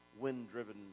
wind-driven